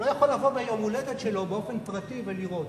הוא לא יכול לבוא ביום-הולדת שלו באופן פרטי ולירות.